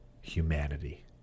humanity